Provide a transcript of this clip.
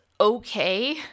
okay